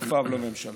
שותפיו לממשלה?